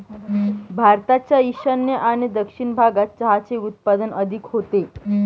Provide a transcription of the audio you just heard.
भारताच्या ईशान्य आणि दक्षिण भागात चहाचे उत्पादन अधिक होते